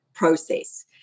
Process